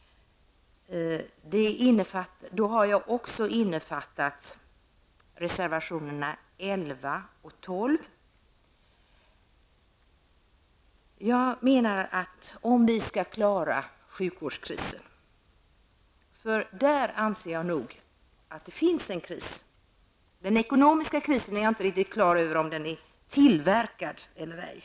Jag anser att det finns en sjukvårdskris. När det gäller den ekonomiska krisen är jag inte riktigt på det klara med om den är tillverkad eller ej.